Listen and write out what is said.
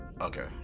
okay